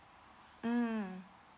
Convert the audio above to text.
mm